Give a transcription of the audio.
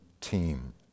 team